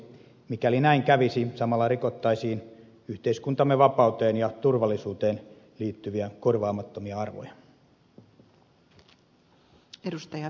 mikäli näin kävisi samalla rikottaisiin yhteiskuntamme vapauteen ja turvallisuuteen liittyviä korvaamattomia arvoja